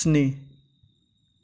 स्नि